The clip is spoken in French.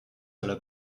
cela